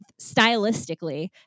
stylistically